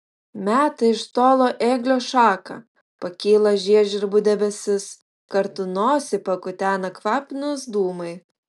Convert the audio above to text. meta iš tolo ėglio šaką pakyla žiežirbų debesis kartu nosį pakutena kvapnūs dūmai